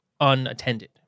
unattended